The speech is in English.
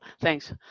Thanks